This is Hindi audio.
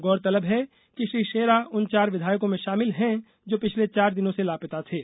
गौरतलब है कि श्री शेरा उन चार विधायकों में शामिल हैं जो पिछले चार दिन से लापता थे